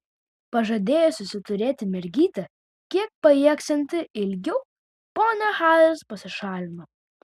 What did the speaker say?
pažadėjusi suturėti mergytę kiek pajėgsianti ilgiau ponia haris pasišalino